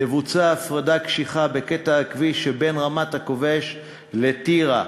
תבוצע הפרדה קשיחה בקטע הכביש שבין רמת-הכובש לטירה,